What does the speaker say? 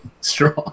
strong